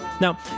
Now